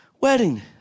wedding